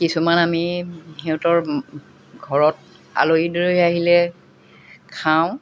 কিছুমান আমি সিহঁতৰ ঘৰত আলহী দুলহী আহিলে খাওঁ